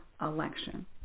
election